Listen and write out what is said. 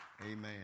Amen